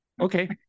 Okay